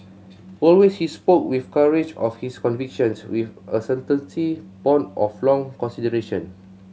always he spoke with the courage of his convictions with a certainty born of long consideration